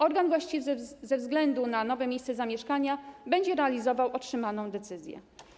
Organ właściwy ze względu na nowe miejsce zamieszkania będzie realizował otrzymaną decyzję.